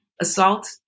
Assault